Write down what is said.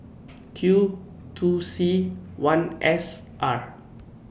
Q two C one S R